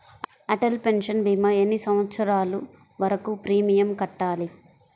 Atal pension భీమా ఎన్ని సంవత్సరాలు వరకు ప్రీమియం కట్టాలి?